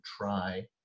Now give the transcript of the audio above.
try